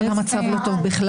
אבל המצב לא טוב בכלל.